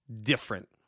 different